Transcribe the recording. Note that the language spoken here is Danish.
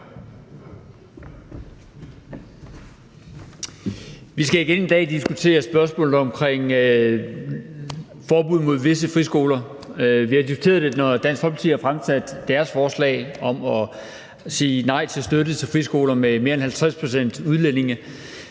Vi skal igen i dag diskutere spørgsmålet om forbud mod visse friskoler. Vi har diskuteret det, når Dansk Folkeparti har fremsat deres forslag om at sige nej til støtte til friskoler med mere end 50 pct. udlændinge.